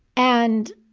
and